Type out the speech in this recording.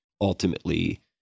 ultimately